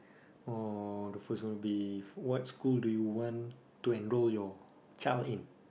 or the first one would be what school do you want to enroll your child in